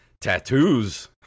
tattoos